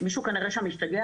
מישהו כנראה שם השתגע.